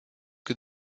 que